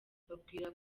mbabwira